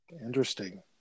Interesting